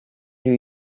new